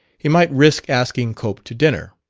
he might risk asking cope to dinner.